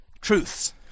Truths